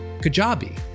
Kajabi